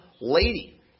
lady